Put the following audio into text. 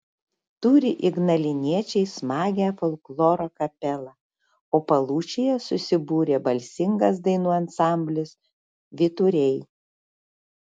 turi ignaliniečiai smagią folkloro kapelą o palūšėje susibūrė balsingas dainų ansamblis vyturiai